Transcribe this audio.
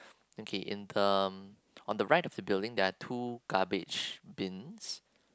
okay in the on the right of the building there are two garbage bins